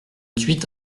thuit